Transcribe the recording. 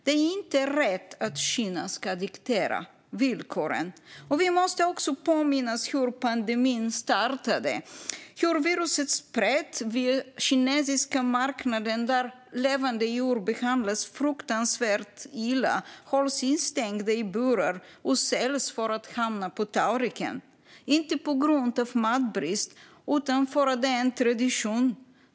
Det är inte rätt att Kina ska diktera villkoren. Vi måste också påminnas om hur pandemin startade och hur viruset spreds via kinesiska marknader, där levande djur behandlas fruktansvärt illa. De hålls instängda i burar och säljs för att hamna på tallriken, inte på grund av matbrist utan för att det är en tradition.